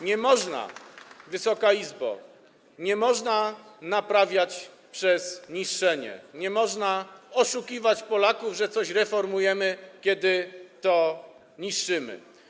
Nie można, Wysoka Izbo, naprawiać przez niszczenie, nie można oszukiwać Polaków, że coś reformujemy, kiedy to niszczymy.